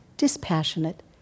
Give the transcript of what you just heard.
dispassionate